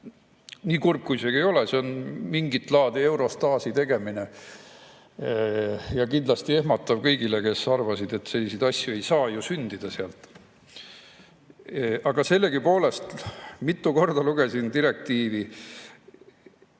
nii kurb kui see ka ei ole – mingit laadi euro-Stasi tegemine ja kindlasti ehmatav kõigile, kes arvasid, et selliseid asju ei saa ju sündida. Aga sellegipoolest, mitu korda lugesin direktiivi.